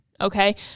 okay